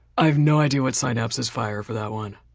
i have no idea what synapses fire for that one.